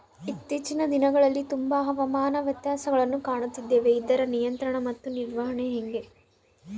ಇತ್ತೇಚಿನ ದಿನಗಳಲ್ಲಿ ತುಂಬಾ ಹವಾಮಾನ ವ್ಯತ್ಯಾಸಗಳನ್ನು ಕಾಣುತ್ತಿದ್ದೇವೆ ಇದರ ನಿಯಂತ್ರಣ ಮತ್ತು ನಿರ್ವಹಣೆ ಹೆಂಗೆ?